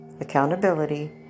accountability